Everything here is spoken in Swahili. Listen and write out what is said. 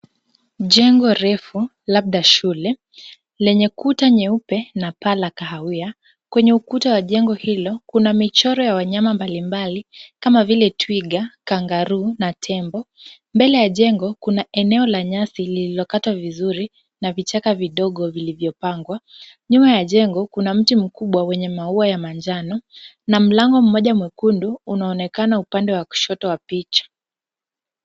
Jengo refu, labda shule lenye kuta nyeupe na paa la kahawia. Kwenye ukuta wa jengo hilo kuna michoro ya wanyama mbalimbali kama vile twiga, kangaruu na tembo. Mbele ya jengo kuna eneo la nyasi lililokatwa vizuri na vichaka vidogo vilivyopangwa. Nyuma ya jengo, kuna mti mkubwa wenye maua ya manjano na mlango mmoja mwekundu unaonekana upande wa kushoto wa picha.